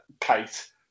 Kate